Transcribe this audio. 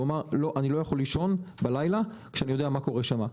הוא אמר: אני לא יכול לישון בלילה כשאני יודע מה קורה שם.